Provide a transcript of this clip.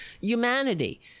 humanity